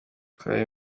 twasabye